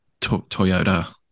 Toyota